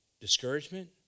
discouragement